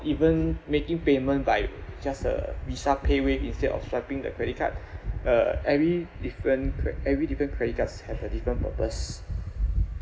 even making payment by just uh visa pay wave instead of swabbing the credit card uh every different cre~ every different credit cards have a different purpose